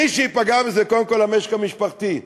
מי שייפגע זה קודם כול המשק המשפחתי.